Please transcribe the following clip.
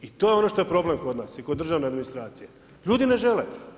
I to je ono što je problem kod nas i kod državne administracije, ljudi ne žele.